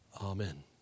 Amen